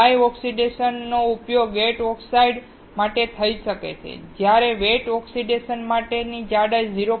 dry ઓક્સિડેશનનો ઉપયોગ gate oxide માટે થઈ શકે છે જ્યારે વેટ ઓક્સિડેશન માટે જાડાઈ 0